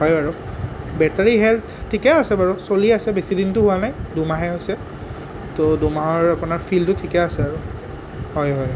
হয় বাৰু battery health ঠিকে আছে বাৰু চলি আছে বেছি দিনতো হোৱা নাই দুমাহহে হৈছে তো দুমাহৰ আপোনাৰ ফিলটো ঠিকে আছে আৰু হয় হয়